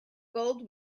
gold